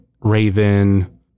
Raven